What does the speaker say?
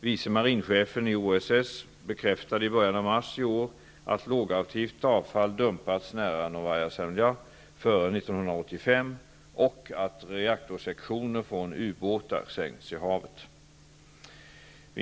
Vice marinchefen i OSS bekräftade i början av mars i år att lågaktivt avfall dumpats nära Novaja Zemlja före 1985 och att reaktorsektioner från ubåtar sänkts i havet.